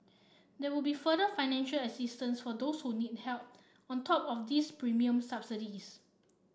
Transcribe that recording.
there will be further financial assistance for those who need help on top of these premium subsidies